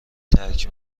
ترک